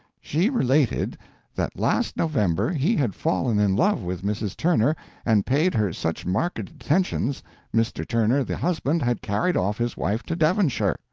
she related that last november he had fallen in love with mrs. turner and paid her such marked attentions mr. turner, the husband, had carried off his wife to devonshire.